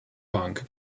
punk